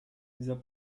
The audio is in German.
dieser